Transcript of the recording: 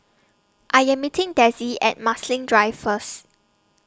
I Am meeting Dezzie At Marsiling Drive First